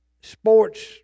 sports